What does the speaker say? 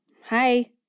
hi